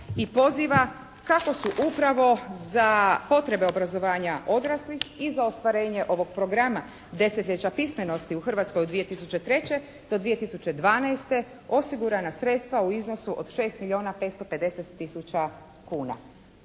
i poziva, kako su upravo za potrebe obrazovanja odraslih i za ostvarenje ovog programa 10-ljeća pismenosti u Hrvatskoj u 2003. do 2012. osigurana sredstva u iznosu od 6 milijuna 550 tisuća kuna.